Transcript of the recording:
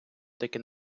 таке